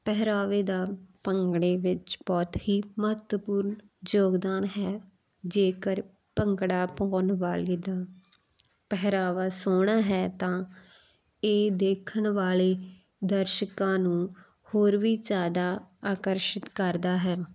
ਪਹਿਰਾਵੇ ਦਾ ਭੰਗੜੇ ਵਿੱਚ ਬਹੁਤ ਹੀ ਮਹੱਤਵਪੂਰਨ ਯੋਗਦਾਨ ਹੈ ਜੇਕਰ ਭੰਗੜਾ ਪਾਉਣ ਵਾਲੇ ਦਾ ਪਹਿਰਾਵਾ ਸੋਹਣਾ ਹੈ ਤਾਂ ਇਹ ਦੇਖਣ ਵਾਲੇ ਦਰਸ਼ਕਾ ਨੂੰ ਹੋਰ ਵੀ ਜ਼ਿਆਦਾ ਆਕਰਸ਼ਿਤ ਕਰਦਾ ਹੈ